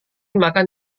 makan